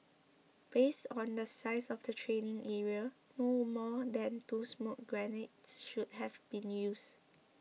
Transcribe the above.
based on the size of the training area no more than two smoke grenades should have been used